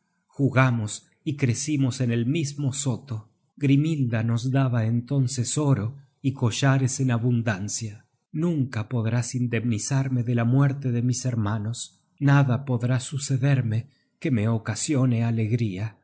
jugamos y crecimos en el mismo soto grimhilda nos daba entonces oro y collares en abundancia nunca podrás indemnizarme de la muerte de mis hermanos nada podrá sucederme que me ocasione alegría